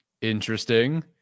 Interesting